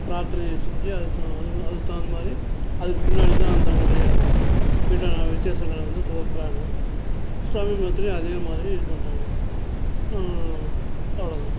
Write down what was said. பிரார்த்தனைய செஞ்சு அதுக்கு த அதுக்கு தகுந்தமாதிரி அதுக்கு பின்னாடி தான் தங்களுடைய வீட்டில் நடக்கிற விசேஷங்கள வந்து துவக்கிறாங்க இஸ்லாமிய மதத்துலேயும் அதேமாதிரி இது பண்ணுறாங்க அவ்வளோதான்